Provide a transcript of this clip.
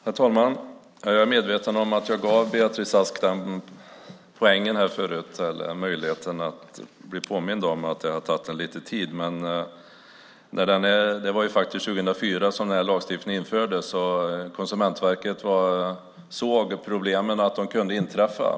Herr talman! Jag är medveten att jag gav Beatrice Ask möjligheten att ta en poäng här förut genom att påminna om att det har tagit lite tid. Det var ju faktiskt 2004 som den här lagstiftningen infördes. Konsumentverket såg att de här problemen kunde inträffa.